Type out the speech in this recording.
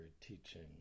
teaching